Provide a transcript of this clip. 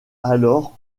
alors